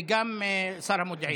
וגם שר המודיעין.